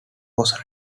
was